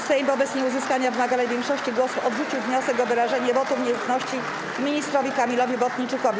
Sejm wobec nieuzyskania wymaganej większości głosów odrzucił wniosek o wyrażenie wotum nieufności ministrowi Kamilowi Bortniczukowi.